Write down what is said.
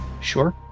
Sure